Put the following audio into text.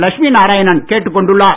லட்சுமி நாராயணன் கேட்டுக் கொண்டுள்ளார்